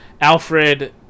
Alfred